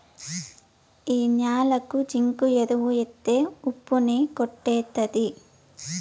ఈ న్యాలకి జింకు ఎరువు ఎత్తే ఉప్పు ని కొట్టేత్తది